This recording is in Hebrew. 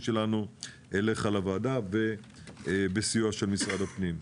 שלנו אליך לוועדה ובסיוע של משרד הפנים.